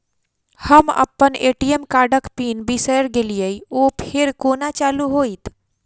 हम अप्पन ए.टी.एम कार्डक पिन बिसैर गेलियै ओ फेर कोना चालु होइत?